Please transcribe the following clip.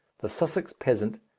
the sussex peasant,